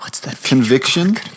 conviction